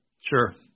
Sure